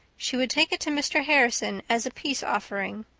she would take it to mr. harrison as a peace offering.